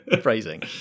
phrasing